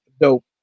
dope